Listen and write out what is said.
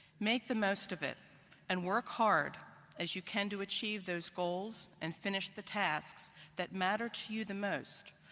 make the most of it and work hard as you can to achieve those goals and finish the tasks that matter to you the most,